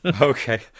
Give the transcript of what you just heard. Okay